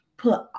put